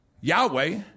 Yahweh